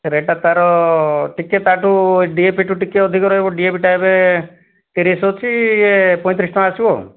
ରେଟ୍ଟା ତା'ର ଟିକିଏ ତା'ଠୁ ଡିଏପିଠୁ ଟିକିଏ ଅଧିକ ରହିବ ଡିଏପିଟା ଏବେ ତିରିଶ ଅଛି ଇଏ ପଇଁତିରିଶ ଟଙ୍କା ଆସିବ ଆଉ